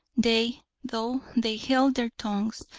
they, though they held their tongues,